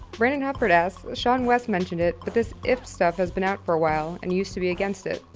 brendan hufford asks, sean wes mention it, but this ifttt stuff has been out for awhile, and you used to be against it,